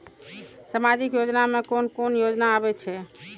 सामाजिक योजना में कोन कोन योजना आबै छै?